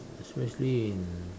especially in